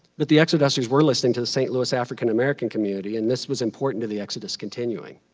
but the exodusters were listening to the st. louis african american community, and this was important to the exodus continuing.